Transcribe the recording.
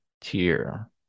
tier